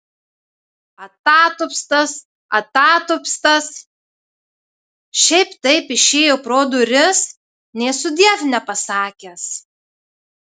atatupstas atatupstas šiaip taip išėjo pro duris nė sudiev nepasakęs